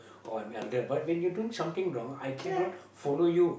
or I'm elder but when you doing something wrong I cannot follow you